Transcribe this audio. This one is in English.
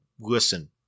Listen